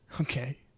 Okay